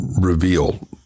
reveal